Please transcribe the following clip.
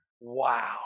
Wow